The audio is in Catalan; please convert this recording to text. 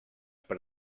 per